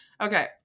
Okay